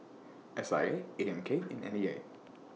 S I A A M K and N E A